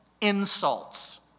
insults